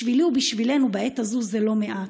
בשבילי, בשבילנו, בעת הזאת, זה לא מעט.